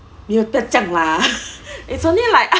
没有的这样啦 it's only like